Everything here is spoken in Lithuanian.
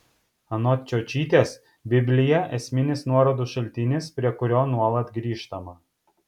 anot čiočytės biblija esminis nuorodų šaltinis prie kurio nuolat grįžtama